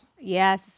Yes